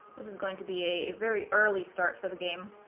this is going to be a very early start for the game